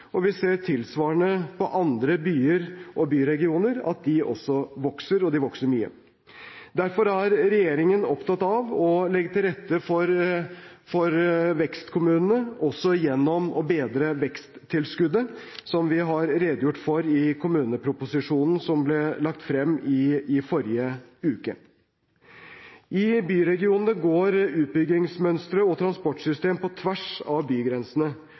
og vi ser tilsvarende for andre byer og byregioner – at de også vokser, og de vokser mye. Derfor er regjeringen opptatt av å legge til rette for vekstkommunene, også gjennom å bedre veksttilskuddet som vi har redegjort for i kommuneproposisjonen som ble lagt frem i forrige uke. I byregionene går utbyggingsmønstre og transportsystem på tvers av bygrensene.